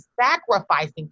sacrificing